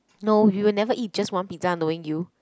no you will never eat just one pizza knowing you